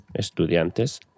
estudiantes